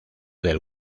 del